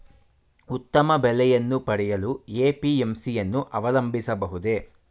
ಉತ್ತಮ ಬೆಲೆಯನ್ನು ಪಡೆಯಲು ಎ.ಪಿ.ಎಂ.ಸಿ ಯನ್ನು ಅವಲಂಬಿಸಬಹುದೇ?